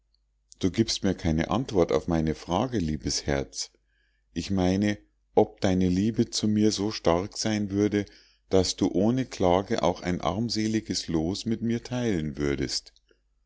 du giebst mir keine antwort auf meine frage liebes herz ich meine ob deine liebe zu mir so stark sein würde daß du ohne klage auch ein armseliges los mit mir teilen würdest